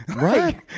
right